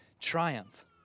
triumph